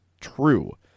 true